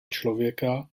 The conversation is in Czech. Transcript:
člověka